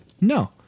no